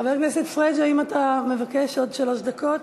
חבר הכנסת פריג', האם אתה מבקש עוד שלוש דקות?